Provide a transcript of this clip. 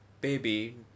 baby